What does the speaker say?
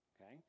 okay